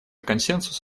консенсус